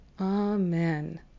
amen